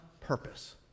purpose